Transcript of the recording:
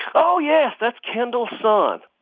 oh yes, that's kendall's son